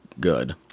good